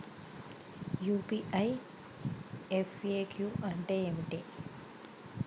UPI FAQ అంటే ఏమిటి?